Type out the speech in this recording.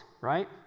right